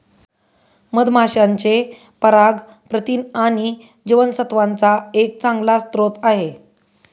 मधमाशांचे पराग प्रथिन आणि जीवनसत्त्वांचा एक चांगला स्रोत आहे